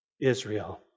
Israel